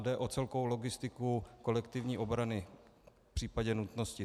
Jde o celkovou logistiku kolektivní obrany v případě nutnosti.